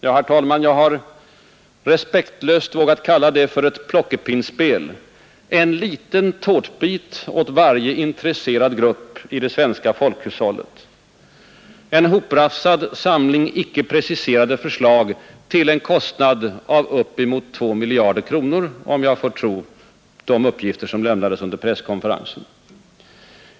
Ja, herr talman, jag har respektlöst vågat kallat det för ett plockepinnspel. En liten tårtbit åt varje intresserad grupp i det svenska folkhushållet. En hoprafsad samling icke preciserade förslag till en kostnad av upp emot 2 miljarder kronor, om jag får tro de uppgifter som lämnades under presskonferensen.